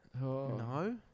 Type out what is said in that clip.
No